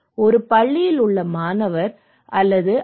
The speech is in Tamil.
ஒரு பள்ளியில் உள்ள மாணவர்கள் அல்லது ஐ